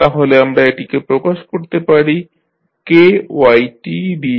তাহলে আমরা এটিকে প্রকাশ করতে পারি দিয়ে